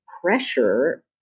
pressure